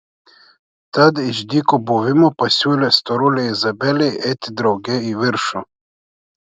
tad iš dyko buvimo pasiūlė storulei izabelei eiti drauge į viršų